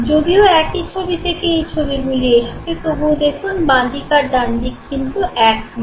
যদিও একই ছবি থেকে এই ছবিগুলি এসেছে তবুও দেখুন বাঁ দিক আর ডান দিক এক না